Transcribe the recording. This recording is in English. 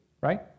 Right